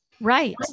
Right